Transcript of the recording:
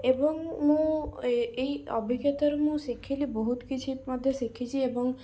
ଏବଂ ମୁଁ ଏ ଏହି ଅଭିଜ୍ଞତାରୁ ମୁଁ ଶିଖିଲି ବହୁତ କିଛି ମଧ୍ୟ ଶିଖିଛି ଏବଂ